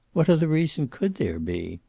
what other reason could there be?